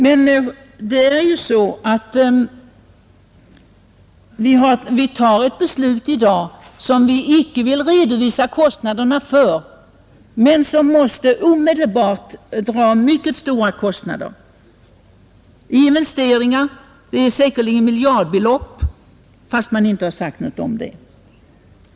Men vi fattar i dag ett beslut som omedelbart måste dra mycket stora kostnader — kostnader som vi inte vill redovisa. Investeringarna kommer säkerligen att dra miljardbelopp fast man inte sagt något om det.